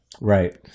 Right